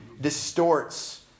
distorts